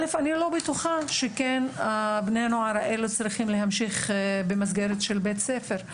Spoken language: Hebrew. אני לא בטוחה שכן בני הנוער האלה צריכים להמשיך במסגרת של בית ספר,